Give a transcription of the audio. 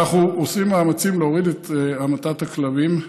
אנחנו עושים מאמצים להוריד את המתת הכלבים.